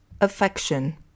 affection